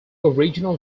original